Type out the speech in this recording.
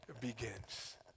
begins